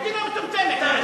מדינה מטומטמת.